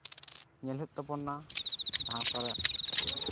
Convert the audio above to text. ᱧᱮᱞᱚᱜ ᱛᱟᱵᱚᱱᱟ ᱡᱟᱦᱟᱸ ᱠᱚᱨᱮᱜ